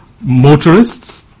motorists